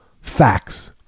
facts